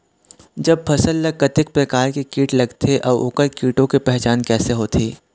जब फसल ला कतेक प्रकार के कीट लगथे अऊ ओकर कीटों के पहचान कैसे होथे?